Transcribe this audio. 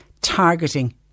targeting